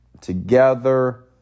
together